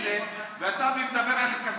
ואתה מדבר על התכווצות?